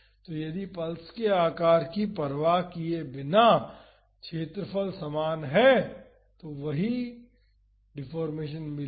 तो यदि पल्स के आकार की परवाह किए बिना क्षेत्रफल समान है तो हमें वही डिफ़ॉर्मेशन मिलेगी